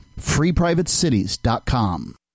FreePrivateCities.com